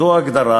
זו ההגדרה,